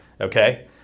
okay